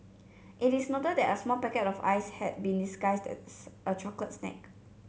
it is noted that a small packet of ice had been disguised as a chocolate snack